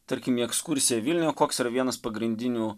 tarkim į ekskursiją vilniuje koks yra vienas pagrindinių